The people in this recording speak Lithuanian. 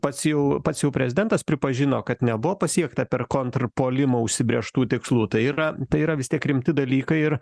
pats jau pats jau prezidentas pripažino kad nebuvo pasiekta per kontrpuolimą užsibrėžtų tikslų tai yra tai yra vis tiek rimti dalykai ir